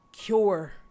cure